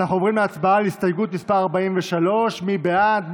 אנחנו עוברים להצבעה על הסתייגות מס' 43. מי בעד?